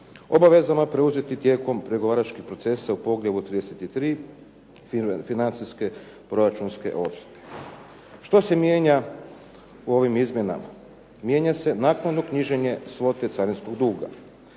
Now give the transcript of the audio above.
obavezama preuzetim tijekom pregovaračkih procesa u poglavlju 33.-Financijske i proračunske odredbe. Što se mijenja u ovim izmjenama? Mijenja se naknadno knjiženje svote carinskog duga.